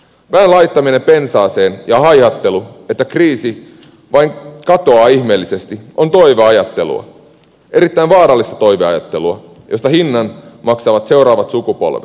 pään laittaminen pensaaseen ja haihattelu että kriisi vain katoaa ihmeellisesti on toiveajattelua erittäin vaarallista toiveajattelua josta hinnan maksavat seuraavat sukupolvet